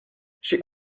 she